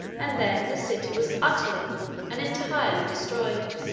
and then the city was utterly and entirely destroyed.